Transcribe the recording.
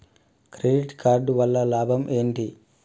Credit card వల్ల లాభం ఏంటి?